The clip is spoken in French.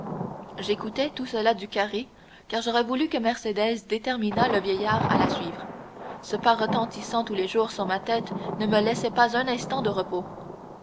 j'écoutais tout cela du carré car j'aurais voulu que mercédès déterminât le vieillard à la suivre ce pas retentissant tous les jours sur ma tête ne me laissait pas un instant de repos